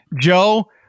Joe